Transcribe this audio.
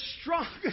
strongest